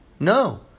No